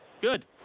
Good